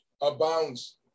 abounds